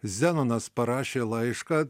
zenonas parašė laišką